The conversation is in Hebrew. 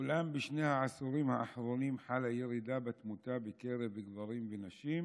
אולם בשני העשורים האחרונים חלה ירידה בתמותה בקרב גברים ונשים,